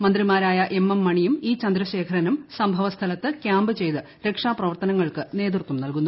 മന്ത്രിമാരായ എം എം മണിയും ഇ ചന്ദ്രശേഖരനും സംഭവസ്ഥ ലത്ത് കൃാംപ് ചെയ്ത് രക്ഷാ പ്രവർത്തനങ്ങൾക്ക് നേതൃത്വം നൽകുന്നു